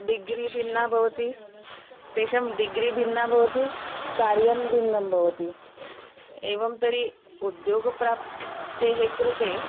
degree भिन्ना भवति तेषां डिग्री भिन्ना भवति कार्यं भिन्नं भवति एवं तर्हि उद्योगप्राप्तेः कृते